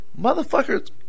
Motherfuckers